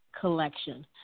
collection